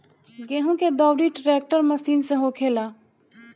गेहूं के दउरी ट्रेक्टर मशीन से होखेला